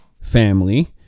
family